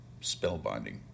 spellbinding